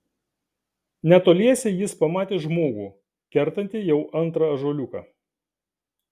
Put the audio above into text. netoliese jis pamatė žmogų kertantį jau antrą ąžuoliuką